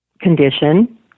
condition